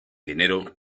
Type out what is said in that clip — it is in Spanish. dinero